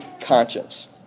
conscience